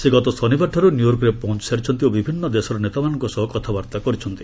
ସେ ଗତ ଶନିବାରଠାର୍ ନ୍ୟୟର୍କରେ ପହଞ୍ଚସାରିଛନ୍ତି ଓ ବିଭିନ୍ନ ଦେଶର ନେତାମାନଙ୍କ ସହ କଥାବାର୍ତ୍ତା କରିଛନ୍ତି